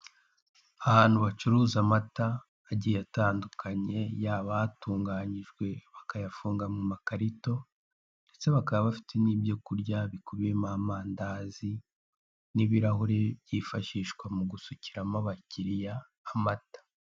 Ahantu bacuruza amata agiye atandukanye, yaba atunganyijwe bakayafunga mu makarito ndetse bakaba bafite n'ibyo kurya bikubiyemo amandazi n'ibirahuri byifashishwa mu gusukiramo abakiliya amata.